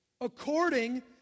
according